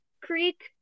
Creek